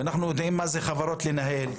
ואנחנו יודעים מה זה חברות לנהל,